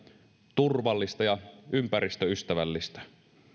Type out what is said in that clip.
turvallista ja ympäristöystävällistä